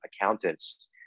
accountants